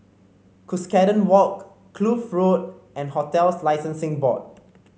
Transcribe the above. Cuscaden Walk Kloof Road and Hotels Licensing Board